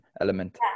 element